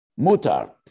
mutar